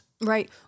Right